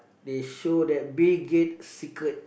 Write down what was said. they show that be great secret